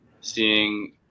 Seeing